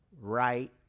right